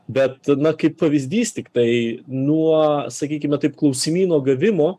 bet na kaip pavyzdys tiktai nuo sakykime taip klausimyno gavimo